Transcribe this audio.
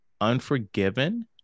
Unforgiven